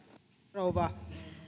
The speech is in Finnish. rouva